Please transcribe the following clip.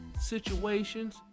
situations